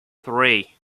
three